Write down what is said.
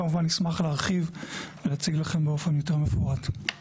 כמובן נשמח להרחיב ולהציג לכם באופן יותר מפורט.